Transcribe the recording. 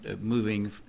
moving